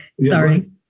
sorry